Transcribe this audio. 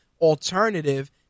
alternative